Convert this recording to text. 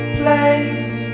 place